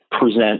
present